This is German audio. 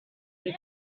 wie